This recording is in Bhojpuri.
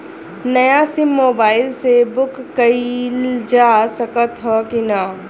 नया सिम मोबाइल से बुक कइलजा सकत ह कि ना?